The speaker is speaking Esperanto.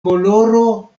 koloro